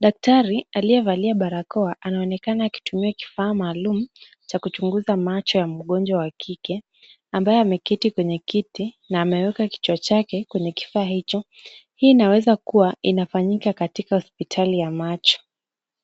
daktari aliyevalia barakoa anaonekana akitumia kifaa maalum cha kuchunguza macho ya mgonjwa wa kike, ambaye ameketi kwenye kiti na ameweka kichwa chake kwenye kifaa hicho. Hii inaweza kuwa inafanyika katika hospitali ya macho.